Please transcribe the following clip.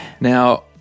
Now